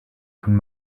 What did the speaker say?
von